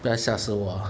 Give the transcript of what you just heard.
不要吓死我